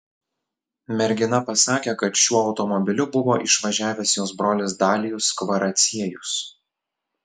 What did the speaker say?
mergina pasakė kad šiuo automobiliu buvo išvažiavęs jos brolis dalijus kvaraciejus